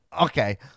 Okay